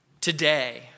today